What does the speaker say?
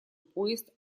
поезд